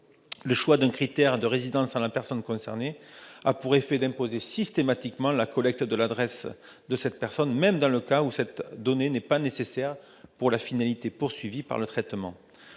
le choix d'un critère de résidence de la personne concernée a pour effet d'imposer systématiquement la collecte de l'adresse de cette personne, même dans les cas où cette donnée n'est pas nécessaire pour la finalité poursuivie par le traitement,